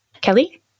Kelly